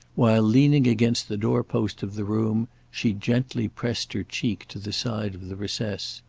while, leaning against the door-post of the room, she gently pressed her cheek to the side of the recess.